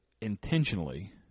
intentionally